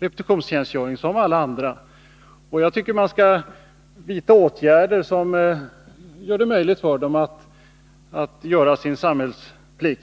repetitionstjänstgöring som alla andra. Jag tycker att man skall vidta åtgärder, som gör det möjligt för dem att fullgöra sin samhällsplikt.